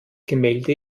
gemälde